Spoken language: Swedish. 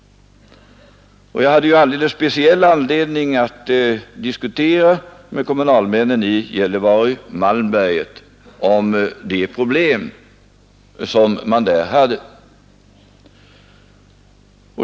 Jag hade ju alldeles speciell anledning att diskutera med kommunalmännen i Gällivare— Malmberget om de problem som man där hade.